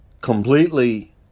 completely